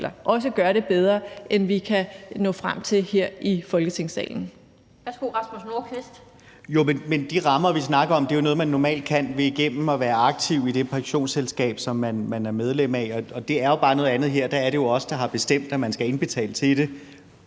også gør det bedre, end vi kan nå frem til her i Folketingssalen.